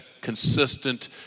consistent